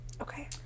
okay